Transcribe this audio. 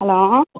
hello